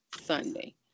Sunday